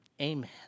Amen